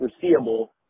foreseeable